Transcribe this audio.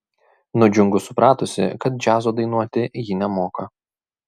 nudžiungu supratusi kad džiazo dainuoti ji nemoka